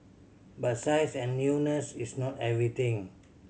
but size and newness is not everything